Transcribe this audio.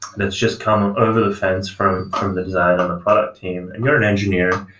that's just come over the fence from from the design and the product team and you're an engineer,